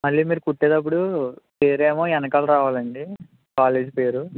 మళ్లీ మీరు కుట్టేదప్పుడు పేరేమో వెనకాల రావాలండి కాలేజ్ పేరు